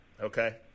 okay